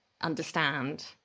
understand